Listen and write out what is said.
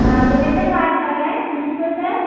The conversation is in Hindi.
हाँ दूबे सर बात कर रहे हैं प्रिंसिपल सर